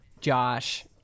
josh